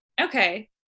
okay